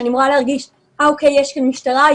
שאני אמורה להרגיש: יש כאן משטרה,